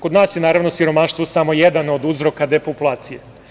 Kod nas je siromaštvo samo jedna od uzroka depopulacije.